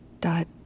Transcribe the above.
Dot